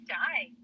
die